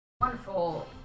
wonderful